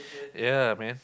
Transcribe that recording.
ya man